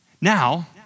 Now